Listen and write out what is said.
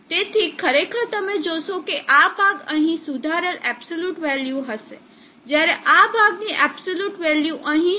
તેથી ખરેખર તમે જોશો કે આ ભાગ અહીં સુધારેલ એબ્સોલ્યુટ વેલ્યુ હશે જયારે આ ભાગની એબ્સોલ્યુટ વેલ્યુ અહીં હશે